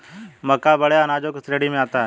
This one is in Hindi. मक्का बड़े अनाजों की श्रेणी में आता है